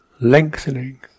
lengthening